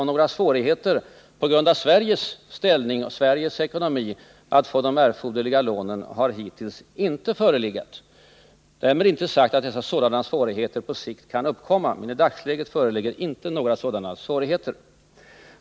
Några svårigheter på grund av Sveriges ställning och Sveriges ekonomi att få de erforderliga lånen har hittills inte förelegat. Därmed inte sagt att sådana svårigheter på sikt inte kan uppkomma, men i dagsläget föreligger inte några sådana svårigheter.